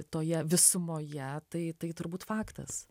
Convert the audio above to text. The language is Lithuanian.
toje visumoje tai tai turbūt faktas